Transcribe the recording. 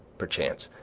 perchance,